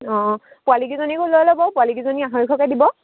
অঁ পোৱালীকেইজনীও লৈ ল'ব পোৱালিকেইজনী আঢ়ৈশকৈ দিব